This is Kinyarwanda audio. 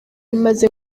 imaze